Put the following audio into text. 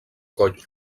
coll